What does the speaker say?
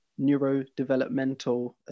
neurodevelopmental